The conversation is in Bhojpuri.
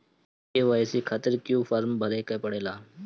के.वाइ.सी खातिर क्यूं फर्म भरे के पड़ेला?